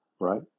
right